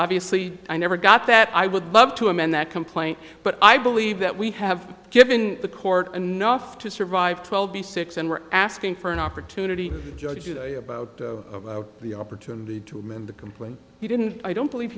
obviously i never got that i would love to amend that complaint but i believe that we have given the court enough to survive twelve b six and we're asking for an opportunity judge today about the opportunity to amend the complaint he didn't i don't believe